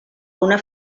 una